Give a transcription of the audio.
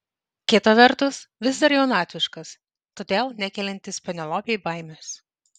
kita vertus vis dar jaunatviškas todėl nekeliantis penelopei baimės